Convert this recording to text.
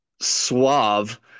suave